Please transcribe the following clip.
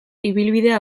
ibilbidea